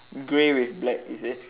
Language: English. grey with black is it